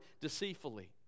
deceitfully